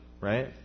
right